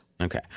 Okay